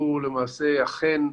שהוא למעשה אכן,